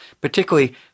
particularly